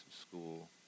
school